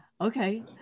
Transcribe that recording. Okay